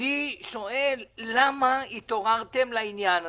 אני שואל למה התעוררתם לעניין הזה,